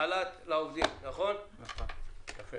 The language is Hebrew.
חל"ת לעובדים, ארנונה,